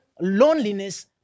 loneliness